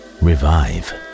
revive